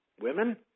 women